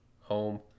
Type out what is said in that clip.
home